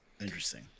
Interesting